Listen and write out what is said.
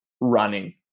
running